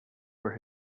were